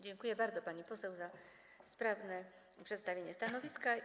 Dziękuję bardzo, pani poseł, za sprawne przedstawienie stanowiska.